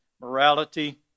morality